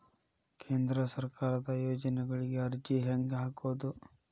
ಕೇಂದ್ರ ಸರ್ಕಾರದ ಯೋಜನೆಗಳಿಗೆ ಅರ್ಜಿ ಹೆಂಗೆ ಹಾಕೋದು?